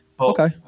Okay